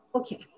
Okay